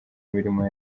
mirimo